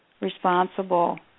responsible